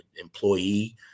employee